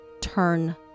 turn